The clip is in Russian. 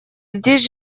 здесь